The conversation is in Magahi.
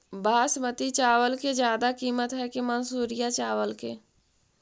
बासमती चावल के ज्यादा किमत है कि मनसुरिया चावल के?